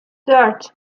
dört